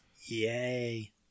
Yay